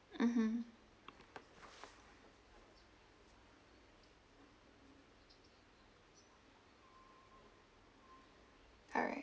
mmhmm alright